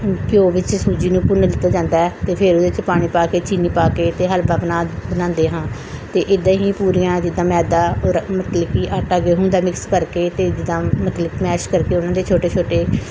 ਘਿਓ ਵਿੱਚ ਸੂਜੀ ਨੂੰ ਭੁੰਨ ਦਿੱਤਾ ਜਾਂਦਾ ਹੈ ਅਤੇ ਫੇਰ ਉਹਦੇ 'ਚ ਪਾਣੀ ਪਾ ਕੇ ਚੀਨੀ ਪਾ ਕੇ ਅਤੇ ਹਲਵਾ ਬਣਾ ਬਣਾਉਂਦੇ ਹਾਂ ਅਤੇ ਇੱਦਾਂ ਹੀ ਪੂਰੀਆਂ ਜਿੱਦਾਂ ਮੈਦਾ ਔਰ ਮਤਲਬ ਕਿ ਆਟਾ ਗੇਂਹੂੰ ਦਾ ਮਿਕਸ ਕਰਕੇ ਅਤੇ ਜਿੱਦਾਂ ਮਤਲਬ ਮੈਸ਼ ਕਰਕੇ ਉਹਨਾਂ ਦੇ ਛੋਟੇ ਛੋਟੇ